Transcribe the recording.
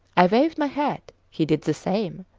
i waved my hat he did the same.